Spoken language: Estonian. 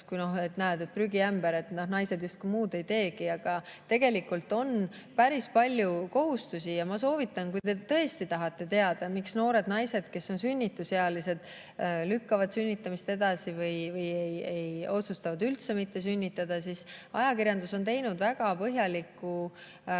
et, näed, prügiämber, et naised justkui muud ei teegi. Tegelikult on neid kohustusi päris palju. Kui te tõesti tahate teada, miks noored naised, kes on sünnitusealised, lükkavad sünnitamist edasi või otsustavad üldse mitte sünnitada, siis ajakirjandus on teinud väga põhjalikku